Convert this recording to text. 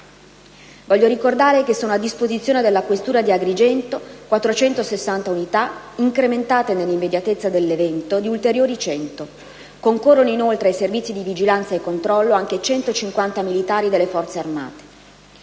Voglio ricordare che sono a disposizione della questura di Agrigento 460 unità, incrementate, nell'immediatezza dell'evento, di ulteriori cento. Concorrono, inoltre, ai servizi di vigilanza e controllo anche 150 militari delle Forze armate.